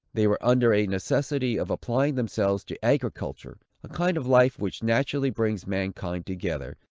they were under a necessity of applying themselves to agriculture, a kind of life which naturally brings mankind together,